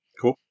Cool